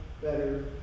better